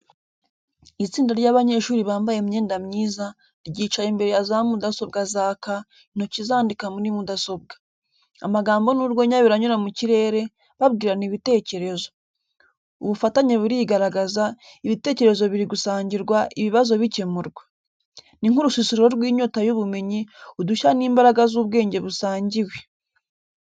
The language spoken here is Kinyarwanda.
Itsinda ry’abanyeshuri bambaye imyenda myiza, ryicaye imbere ya za mudasobwa zaka, intoki zandika muri mudasobwa. Amagambo n’urwenya biranyura mu kirere, babwirana ibitekerezo. Ubufatanye burigaragaza, ibitekerezo biri gusangirwa, ibibazo bikemurwa. Ni nk’urusisiro rw’inyota y’ubumenyi, udushya n’imbaraga z’ubwenge busangiwe.